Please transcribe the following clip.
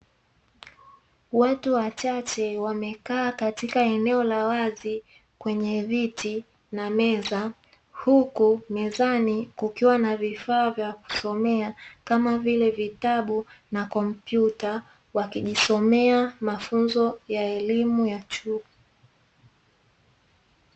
Watu wachache wamekaa katika eneo la wazi kwenye viti na meza, huku mezani kukiwa na vifaa vya kusomea, kama vile vitabu na kompyuta, wakijisomea mafuzno ya elimu ya chuo.